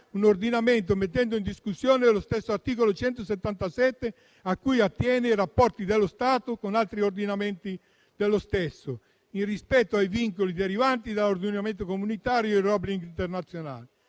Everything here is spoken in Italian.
un ordinamento, mettendo in discussione lo stesso articolo 117, che riguarda i rapporti dello Stato con altri ordinamenti dello stesso, nel rispetto dei vincoli derivanti dall'ordinamento comunitario e dagli obblighi internazionali.